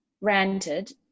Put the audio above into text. ranted